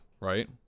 Right